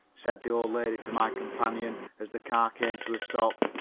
said the old lady to my companion, as the car came to a stop.